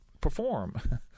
perform